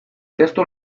testu